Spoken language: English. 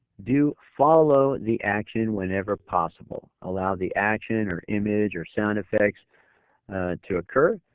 do follow the action whenever possible. allow the action or image or sound effects to occur,